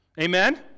Amen